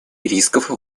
рисков